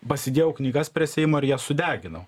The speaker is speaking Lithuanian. pasidėjau knygas prie seimo ir jas sudeginau